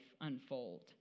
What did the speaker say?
unfold